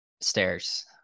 Stairs